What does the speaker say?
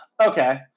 Okay